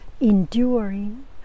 enduring